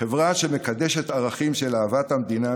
חברה שמקדשת ערכים של אהבת המדינה,